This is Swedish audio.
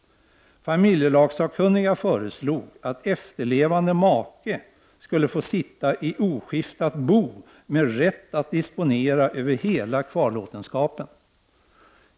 Familjelagssakkunniga föreslog att efterlevande make skulle få sitta i oskiftat bo med rätt att disponera över hela kvarlåtenskapen.